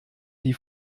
die